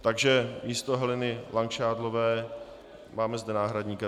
Takže místo Heleny Langšádlové zde máme náhradníka.